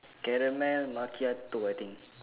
caramel macchiato I think